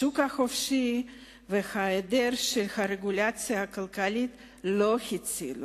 השוק החופשי והעדר רגולציה כלכלית לא הצילו